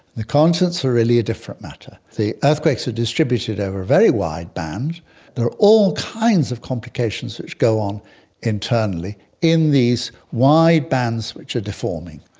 the continents are really a different matter. the earthquakes are distributed over a very wide band, there are all kinds of complications which go on internally in these wide bands which are deforming.